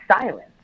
silence